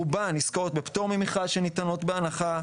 רובן עסקאות בפטור ממכרז שניתנות בהנחה,